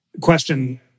question